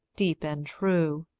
deep, and true,